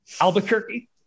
albuquerque